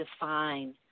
define